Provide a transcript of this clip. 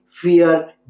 fear